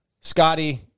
Scotty